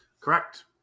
Correct